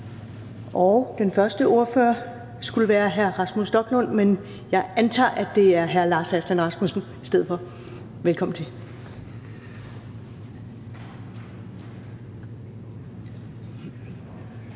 den første ordfører skulle have været hr. Rasmus Stoklund, men jeg antager, at det er hr. Lars Aslan Rasmussen i stedet for. Velkommen til.